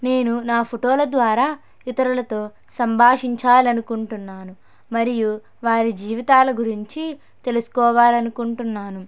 నేను నా ఫోటోల ద్వారా ఇతరులతో సంభాషించాలని అకుంటున్నాను మరియు వారి జీవితాల గురించి తెలుసుకోవాలని అకుంటున్నాను